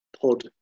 pod